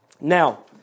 Now